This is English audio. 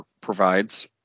provides